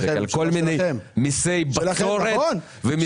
כל מיני מיסי בצורת.